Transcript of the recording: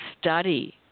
study